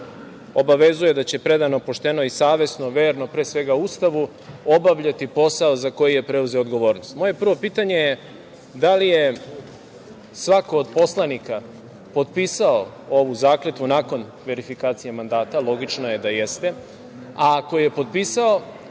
obavezuje da će predano, pošteno i savesno, verno pre svega Ustavu, obavljati posao za koji je preuzeo odgovornost. Moje prvo pitanje je da li je svako od poslanika potpisao ovu zakletvu nakon verifikacije mandata? Logično je da jeste. Ako je potpisao,